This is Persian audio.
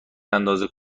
اندازه